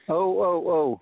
औ औ औ